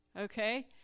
Okay